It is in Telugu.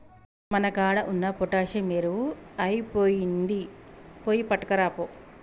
మన కాడ ఉన్న పొటాషియం ఎరువు ఐపొయినింది, పోయి పట్కరాపో